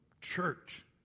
church